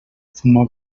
fuma